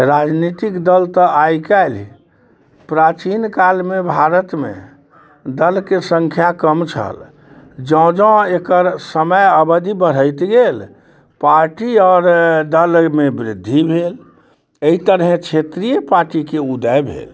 राजनीतिक दल तऽ आइ काल्हि प्राचीन कालमे भारतमे दलके संख्या कम छल जँ जँ एकर समय अवधि बढ़ैत गेल पार्टी आओर दल अइमे वृद्धि भेल अइ तरहें क्षेत्रीय पार्टीके उदय भेल